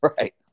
Right